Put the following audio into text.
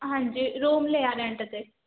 ਹਾਂਜੀ ਰੂਮ ਲਿਆ ਰੈਂਟ 'ਤੇ